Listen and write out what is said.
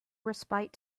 respite